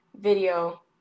video